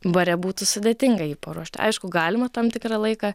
bare būtų sudėtinga jį paruošt aišku galima tam tikrą laiką